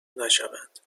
نشوند